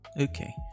Okay